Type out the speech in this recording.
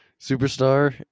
superstar